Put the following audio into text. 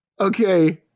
okay